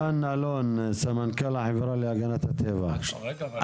דן אלון, סמנכ"ל החברה להגנת הטבע, בבקשה.